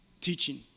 teaching